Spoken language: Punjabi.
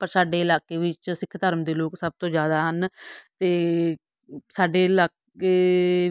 ਪਰ ਸਾਡੇ ਇਲਾਕੇ ਵਿੱਚ ਸਿੱਖ ਧਰਮ ਦੇ ਲੋਕ ਸਭ ਤੋਂ ਜ਼ਿਆਦਾ ਹਨ ਅਤੇ ਸਾਡੇ ਇਲਾਕੇ